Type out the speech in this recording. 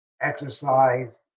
exercise